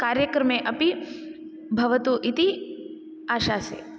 कार्यक्रमे अपि भवतु इति आशासे